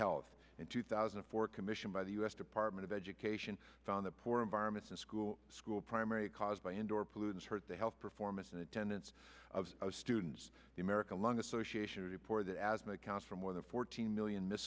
health in two thousand and four commissioned by the u s department of education found the poor environments in school school primary caused by indoor pollutants hurt the health performance and attendance of students the american lung association a tip or the asthma accounts for more than fourteen million miss